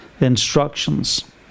instructions